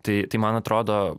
tai tai man atrodo